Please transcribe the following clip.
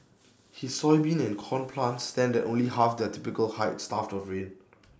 his soybean and corn plants stand at only half their typical height starved of rain